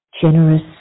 generous